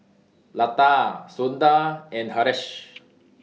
Lata Sundar and Haresh